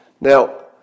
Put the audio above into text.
Now